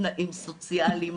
תנאים סוציאליים,